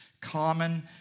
common